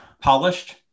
polished